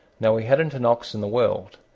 now, he hadn't an ox in the world,